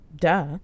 Duh